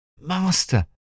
Master